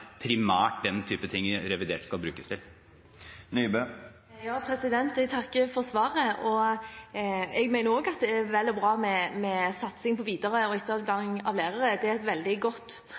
primært den typen ting revidert skal brukes til. Jeg takker for svaret. Jeg mener også at det er vel og bra med satsing på videre- og etterutdanning av lærere. Det er et veldig godt